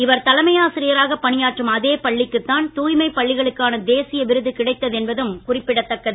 இவர் தலைமை ஆசிரியராக பணியாற்றும் அதே பள்ளிக்குத்தான் தூய்மை பள்ளிகளுக்கான தேசிய விருது கிடைத்தது என்பதும் குறிப்பிடத்தக்கது